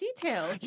details